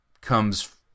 comes